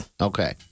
Okay